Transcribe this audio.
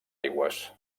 aigües